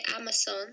Amazon